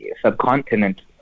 subcontinent